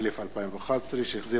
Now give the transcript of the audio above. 2011; והצעת